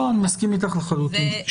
אני מסכים איתך לחלוטין.